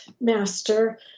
master